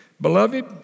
beloved